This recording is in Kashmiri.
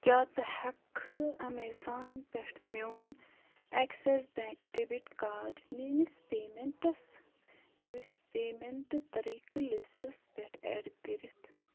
کیٛاہ ژٕ ہیٚکٕکھٕ اَیمیزان پٮ۪ٹھ میٛون ایٚکسِس بیٚنٛک ڈیٚبِٹ کارڈ میٛٲنِس پیمٮ۪نٹَس میٛٲنِس پیمٮ۪نٛٹ طٔریٖقہٕ لِسٹَس پٮ۪ٹھ ایٚڈ کٔرِتھ